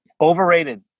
Overrated